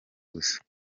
gusa